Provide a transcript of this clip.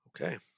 Okay